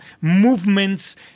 movements